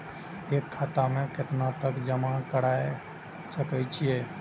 एक खाता में केतना तक जमा राईख सके छिए?